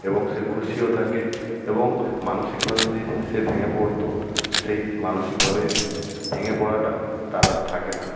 এবং সে খুশিও থাকে এবং মানসিকভাবে যে সে ভেঙে পড়ত সেই মানসিকভাবে ভেঙে পড়াটা তার আর থাকে না